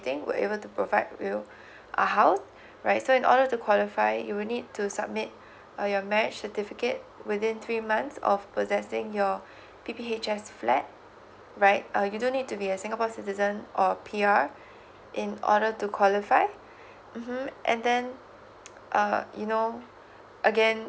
waiting we will able to provide you a house right so in order to qualify you will need to submit uh your marriage certificate within three months of possessing your P_P_H_S flat right uh you don't need to be a singapore citizen or P_R in order to qualify mm and then uh you know again